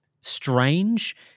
strange